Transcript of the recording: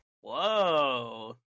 Whoa